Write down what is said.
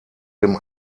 dem